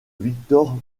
victor